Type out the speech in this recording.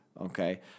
Okay